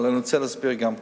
אבל אני רוצה להסביר גם כן.